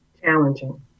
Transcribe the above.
Challenging